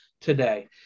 today